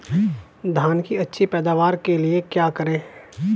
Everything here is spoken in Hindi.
धान की अच्छी पैदावार के लिए क्या करें?